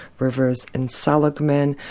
rivers and seligman,